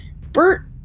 Bert